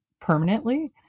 permanently